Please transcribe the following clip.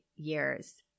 Years